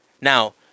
Now